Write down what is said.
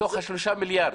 מתוך 3 מיליארד.